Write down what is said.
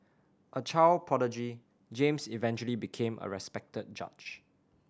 a child prodigy James eventually became a respected judge